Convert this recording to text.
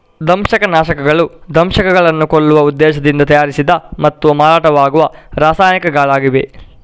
ದಂಶಕ ನಾಶಕಗಳು ದಂಶಕಗಳನ್ನು ಕೊಲ್ಲುವ ಉದ್ದೇಶದಿಂದ ತಯಾರಿಸಿದ ಮತ್ತು ಮಾರಾಟವಾಗುವ ರಾಸಾಯನಿಕಗಳಾಗಿವೆ